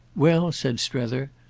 well, said strether,